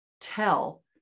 tell